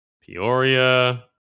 Peoria